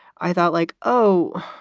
i thought, like, oh,